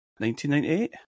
1998